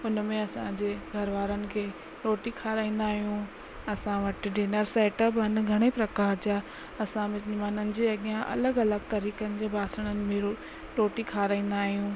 उनि में असांजे घरवारनि खे रोटी खाराईंदा आहियूं असां वटि डिनर सेट बि आहिनि घणेई प्रकार जा असां मिजिमाननि जे अॻियां अलॻि अलॻि तरीक़्नि जे बासणनि में रोटी खाराईंदा आहियूं